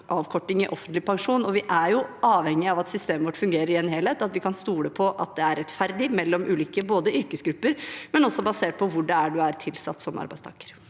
avkorting i offentlig pensjon. Vi er jo avhengig av at systemet vårt fungerer i en helhet, og at vi kan stole på at det er rettferdig mellom ulike yrkesgrupper, men også basert på hvor man er ansatt som arbeidstaker.